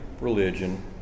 religion